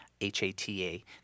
h-a-t-a